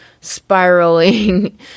spiraling